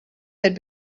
had